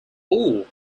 all